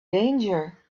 danger